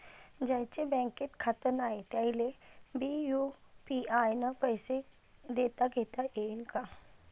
ज्याईचं बँकेत खातं नाय त्याईले बी यू.पी.आय न पैसे देताघेता येईन काय?